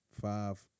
five